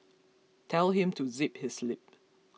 tell him to zip his lip